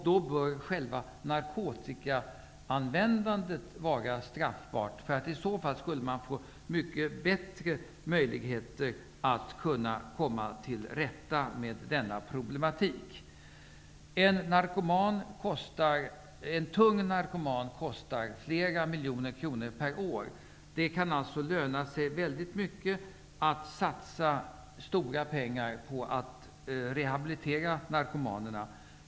Då bör själva narkotikaanvändandet vara straffbart, för i så fall skulle man få mycket bättre möjligheter att komma till rätta med denna pro blematik. En tung narkoman kostar flera miljoner kronor per år. Det kan alltså löna sig väldigt mycket att satsa stora pengar på att rehabilitera narkoma nerna.